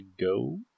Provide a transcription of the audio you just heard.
go